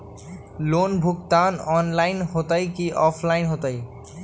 Loan भुगतान online होतई कि ऑफलाइन होतई?